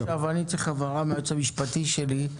עכשיו אני צריך הבהרה מהיועץ המשפטי שלי.